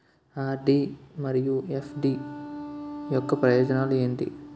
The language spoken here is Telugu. ఆర్.డి మరియు ఎఫ్.డి యొక్క ప్రయోజనాలు ఏంటి?